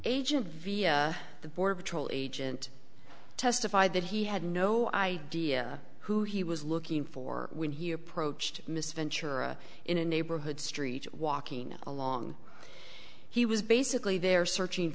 agent via the border patrol agent testified that he had no idea who he was looking for when he approached mr ventura in a neighborhood street walking along he was basically there searching